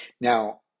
Now